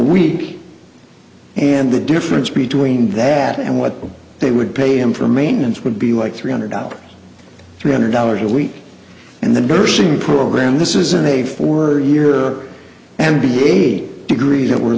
week and the difference between that and what they would pay him for maintenance would be like three hundred dollars three hundred dollars a week and the nursing program this isn't a four year and be eight degrees that we're